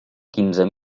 quinze